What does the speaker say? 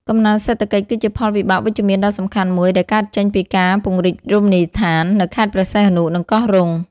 កំណើនសេដ្ឋកិច្ច គឺជាផលវិបាកវិជ្ជមានដ៏សំខាន់មួយដែលកើតចេញពីការពង្រីករមណីយដ្ឋាននៅខេត្តព្រះសីហនុ និងកោះរ៉ុង។